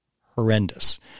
horrendous